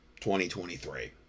2023